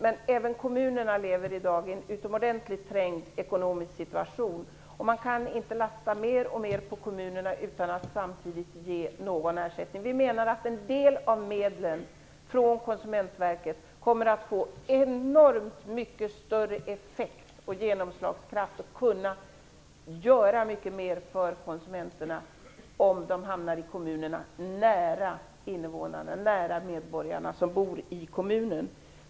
Men även kommunerna lever i dag i en utomordentligt trängd ekonomisk situation. Man kan inte lasta mer och mer på kommunerna utan att samtidigt ge någon ersättning. Vi menar att en del av medlen från Konsumentverket skulle få enormt mycket större effekt och genomslagskraft om de hamnar i kommunerna, nära de medborgare som bor i kommunen. Man skulle kunna göra mycket mer för konsumenterna.